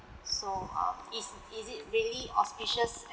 so um is is it really auspicious